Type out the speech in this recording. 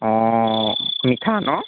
অ মিঠা ন'